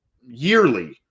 yearly –